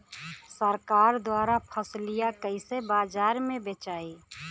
सरकार द्वारा फसलिया कईसे बाजार में बेचाई?